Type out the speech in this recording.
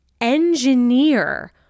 engineer